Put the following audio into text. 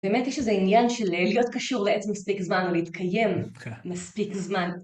באמת יש איזה עניין של להיות קשור לעץ מספיק זמן או להתקיים מספיק זמן.